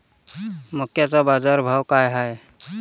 मक्याचा बाजारभाव काय हाय?